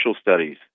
studies